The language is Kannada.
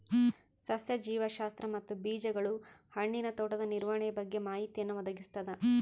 ಸಸ್ಯ ಜೀವಶಾಸ್ತ್ರ ಮತ್ತು ಬೀಜಗಳು ಹಣ್ಣಿನ ತೋಟದ ನಿರ್ವಹಣೆಯ ಬಗ್ಗೆ ಮಾಹಿತಿಯನ್ನು ಒದಗಿಸ್ತದ